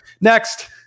Next